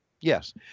Yes